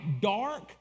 dark